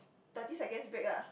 thirty seconds break ah